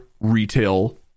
retail